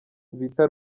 bita